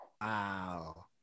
Wow